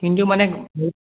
কিন্তু মানে